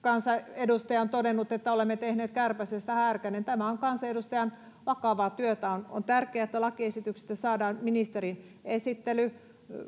kansanedustaja on todennut että olemme tehneet kärpäsestä härkäsen tämä on kansanedustajan vakavaa työtä on on tärkeää että lakiesityksestä saadaan ministerin esittely